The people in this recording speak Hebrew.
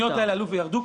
התוכניות האלה עלו וירדו.